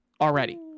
already